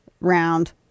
round